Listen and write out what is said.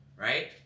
right